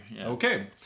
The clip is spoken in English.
okay